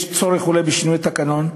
יש צורך אולי בשינוי התקנון,